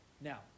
Now